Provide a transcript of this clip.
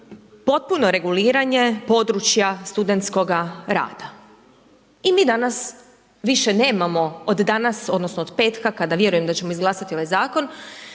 potpuno reguliranje područja studentskoga rada. I mi danas više nemamo, od danas, odnosno od petka kada vjerujemo da ćemo izglasati ovaj zakon,